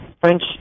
French